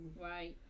right